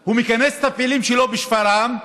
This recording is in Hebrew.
הוא מכנס את הפעילים שלו בשפרעם,